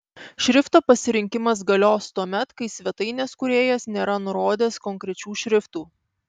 šrifto pasirinkimas galios tuomet kai svetainės kūrėjas nėra nurodęs konkrečių šriftų